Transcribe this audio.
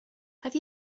have